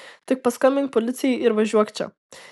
tik paskambink policijai ir važiuok čia